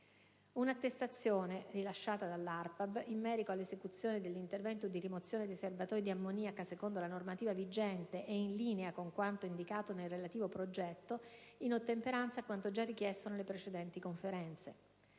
un'attestazione, rilasciata dall'ARPAB, in merito all'esecuzione dell'intervento di rimozione dei serbatoi di ammoniaca, secondo la normativa vigente e in linea con quanto indicato nel relativo progetto, in ottemperanza a quanto già richiesto nelle precedenti conferenze;